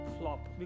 flop